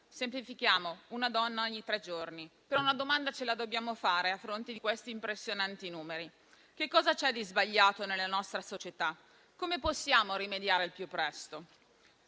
Semplifichiamo: una donna ogni tre giorni. Una domanda però ce la dobbiamo fare, a fronte di questi impressionanti numeri: cosa c'è di sbagliato nella nostra società? Come possiamo rimediare al più presto?